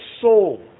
soul